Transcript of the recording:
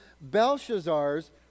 Belshazzar's